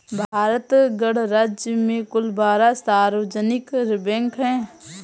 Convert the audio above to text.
भारत गणराज्य में कुल बारह सार्वजनिक बैंक हैं